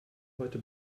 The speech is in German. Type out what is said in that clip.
heute